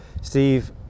Steve